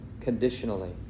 conditionally